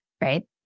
right